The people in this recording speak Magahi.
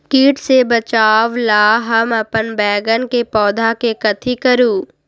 किट से बचावला हम अपन बैंगन के पौधा के कथी करू?